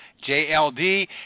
JLD